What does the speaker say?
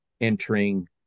entering